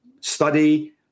study